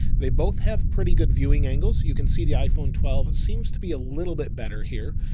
they both have pretty good viewing angles. you can see the iphone twelve. it seems to be a little bit better here.